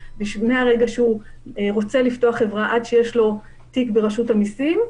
מהרגע שהוא רוצה לפתוח חברה עד שיש לו תיק ברשות המיסים,